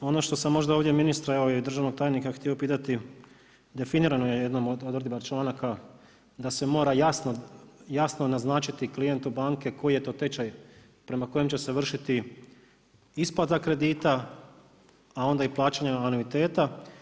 Ono što sam možda ministra, evo i državnog tajnika htio pitati definirano je jednom od odredba članaka da se mora jasno naznačiti klijentu banke koji je to tečaj prema kojem će se vršiti isplata kredita, a onda i plaćanja anuiteta.